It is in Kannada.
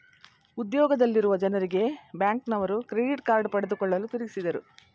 ಉದ್ಯೋಗದಲ್ಲಿರುವ ಜನರಿಗೆ ಬ್ಯಾಂಕ್ನವರು ಕ್ರೆಡಿಟ್ ಕಾರ್ಡ್ ಪಡೆದುಕೊಳ್ಳಲು ತಿಳಿಸಿದರು